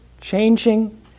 changing